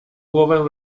głowę